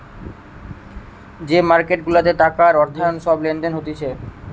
যে মার্কেট গুলাতে টাকা আর অর্থায়ন সব লেনদেন হতিছে